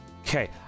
Okay